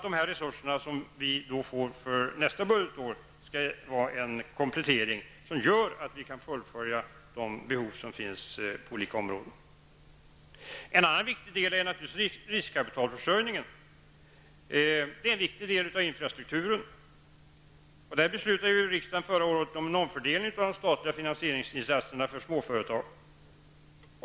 De resurser som vi får för nästa budgetår skall vara en komplettering som gör att vi kan täcka de behov som finns inom de olika områdena. En annan viktig del är naturligtvis riskkapitalförsörjningen. Detta är en viktig del av infrastrukturen. Därför beslutade riksdagen under förra året om omfördelning av de statliga finansieringsinsatserna för småföretag.